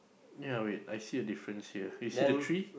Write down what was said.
yea wait I see a different here you see the tree